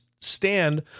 stand